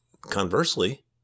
conversely